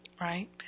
Right